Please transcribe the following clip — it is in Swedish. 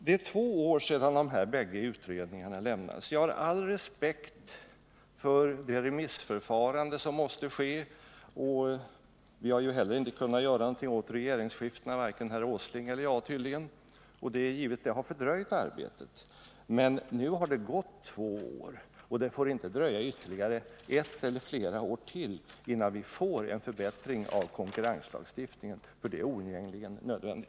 Det är två år sedan de här båda utredningarna avlämnades. Jag har all respekt för det remissförfarande som måste genomgås. Vi har inte heller kunnat göra något åt regeringsskiftena, varken herr Åsling eller jag tydligen, och det är givet att dessa har fördröjt arbetet Men nu har det gått två år, och det får inte dröja ytterligare ett eller flera år till innan vi får en förbättring av konkurrenslagstiftningen — en sådan är oundgängligen nödvändig.